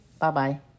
Bye-bye